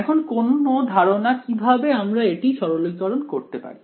এখন কোনও ধারণা কিভাবে আমরা এটা সরলীকরণ করতে পারি